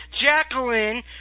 Jacqueline